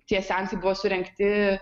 tie seansai buvo surengti